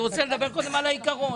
קודם כול, אני רוצה לדבר על העיקרון.